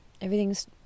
everything's